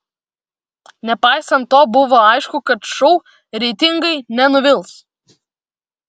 nepaisant to buvo aišku kad šou reitingai nenuvils